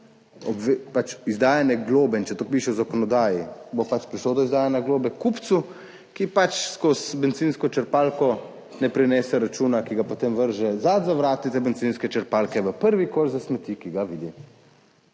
izdajanje globe kupcu. In če to piše v zakonodaji, bo pač prišlo do izdajanja globe kupcu, ki pač skozi bencinsko črpalko ne prinese računa, ki ga potem vrže zadaj za vrati bencinske črpalke v prvi koš za smeti, ki ga vidi.